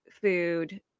food